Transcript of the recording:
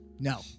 No